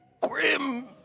Grim